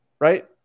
right